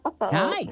hi